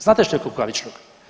Znate što je kukavičluk?